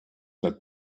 that